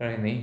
कळ्ळें न्ही